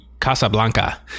Casablanca